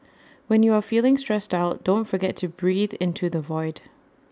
when you are feeling stressed out don't forget to breathe into the void